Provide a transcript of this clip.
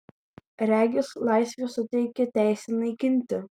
regis laisvė suteikia teisę naikinti